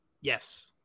Yes